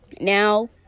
Now